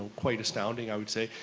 quite astounding, i would say.